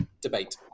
debate